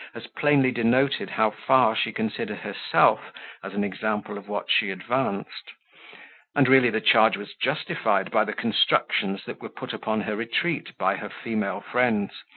as plainly denoted how far she considered herself as an example of what she advanced and really the charge was justified by the constructions that were put upon her retreat by her female friends,